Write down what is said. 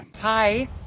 Hi